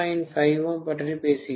5ῼ பற்றி பேசுகிறேன்